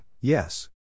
yes